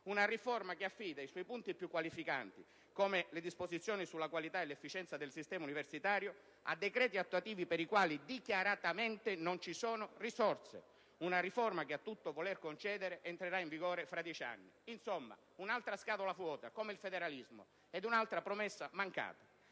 una riforma che affida i suoi punti più qualificanti, come le disposizioni sulla qualità e l'efficienza del sistema universitario, a decreti attuativi per i quali dichiaratamente non ci sono risorse; una riforma che a tutto voler concedere entrerà in vigore fra dieci anni. Insomma, un'altra scatola vuota, come il federalismo, ed un'altra promessa mancata.